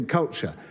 culture